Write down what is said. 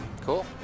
cool